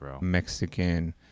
Mexican –